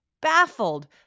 baffled